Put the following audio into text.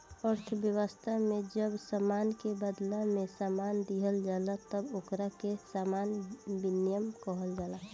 अर्थव्यवस्था में जब सामान के बादला में सामान दीहल जाला तब ओकरा के सामान विनिमय कहल जाला